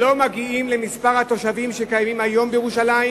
לא מגיעות למספר התושבים שחיים היום בירושלים